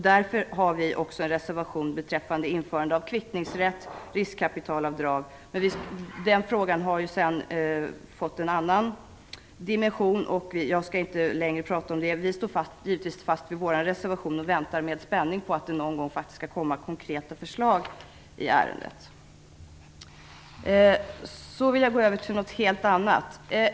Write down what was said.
Därför har vi också en reservation beträffande införande av kvittningsrätt och riskkapitalavdrag. Den frågan har sedan fått en annan dimension. Jag skall inte prata om det längre. Vi står givetvis fast vid våra reservationer och väntar med spänning på att det någon gång faktiskt skall komma konkreta förslag i ärendet. Så vill jag gå över till något helt annat.